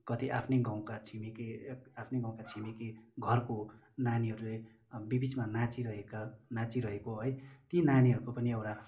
कति आफ्नै गाउँका छिमेकी आफ्नै गाउँका छिमेकी घरको नानीहरूले बिबिचमा नाचिरहेका नाचिरहेको है ती नानीहरूको पनि एउटा